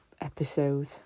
episode